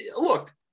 look